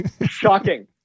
Shocking